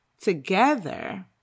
Together